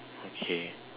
okay